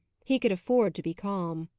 he could afford to be calm.